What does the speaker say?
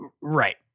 Right